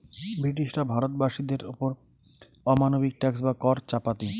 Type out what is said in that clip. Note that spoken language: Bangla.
ব্রিটিশরা ভারত বাসীদের ওপর অমানবিক ট্যাক্স বা কর চাপাতি